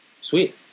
sweet